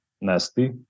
nasty